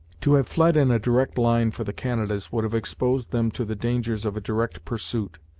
to have fled in a direct line for the canadas would have exposed them to the dangers of a direct pursuit,